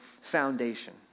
foundation